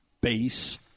base